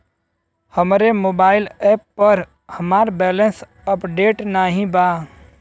हमरे mobile app पर हमार बैलैंस अपडेट नाई बा